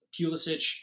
Pulisic